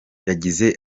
yagize